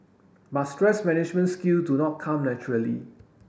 but stress management skill do not come naturally